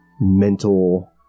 mental